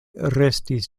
restis